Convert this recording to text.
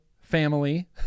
family